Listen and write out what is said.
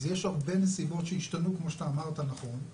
אז יש הרבה נסיבות שהשתנו כמו שאתה אמרת נכון,